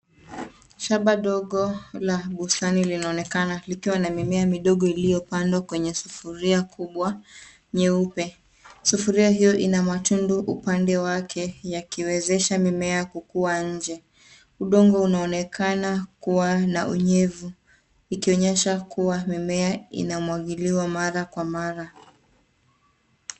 Shamba ndogo la bustani linaonekana likiwa na mimea midogo iliyopandwa kwenye sufuria kubwa nyeupe. Sufuria hiyo ina matundu upande wake yakiwezesha mimea kukua nje. Udongo unaonekana kuwa na unyevu, ikionyesha kuwa mimea inamwangiliwa mara kwa mara.